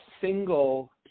single